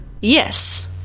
Yes